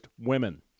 women